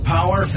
Power